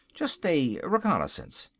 just a reconnaissance.